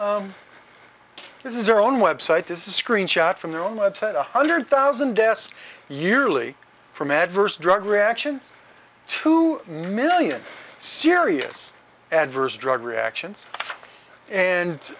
this is their own website this is screenshot from their own website one hundred thousand deaths yearly from adverse drug reaction to million serious adverse drug reaction